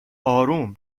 اروم